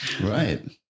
Right